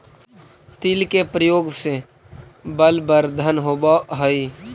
तिल के प्रयोग से बलवर्धन होवअ हई